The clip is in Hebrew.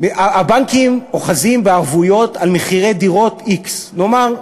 הבנקים אוחזים בערבויות על מחירי דירות, x, נאמר,